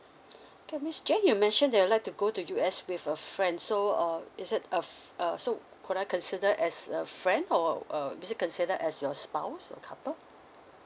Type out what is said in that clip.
okay miss jane you mentioned that you'd like to go to U_S with a friend so uh is it a f~ uh so could I consider as a friend or uh is it consider as your spouse or couple